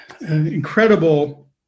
incredible